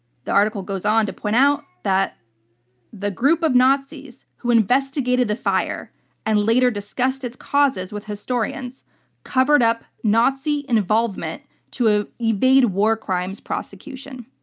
the article goes on to point out that the group of nazis who investigated the fire and later discussed its causes with historians covered up nazi involvement to ah evade war crimes prosecution.